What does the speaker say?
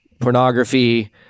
pornography